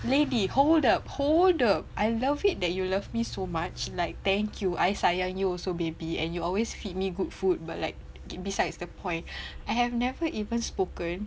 lady hold up hold up I love it that you love me so much like thank you I sayang you also baby and you always feed me good food but like besides the point I have never even spoken